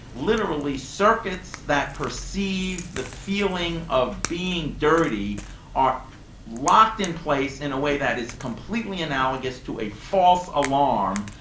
literally circuits that perceive the feeling of being dirty are locked in place in a way that is completely analogous to a false alarm.